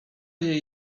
jej